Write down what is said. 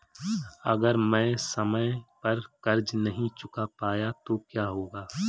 अगर मैं समय पर कर्ज़ नहीं चुका पाया तो क्या होगा?